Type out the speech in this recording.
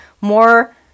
more